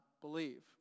believe